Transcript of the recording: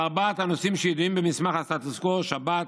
על ארבעת הנושאים שידועים במסמך הסטטוס קוו: שבת,